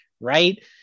right